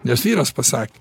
nes vyras pasakė